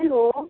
hello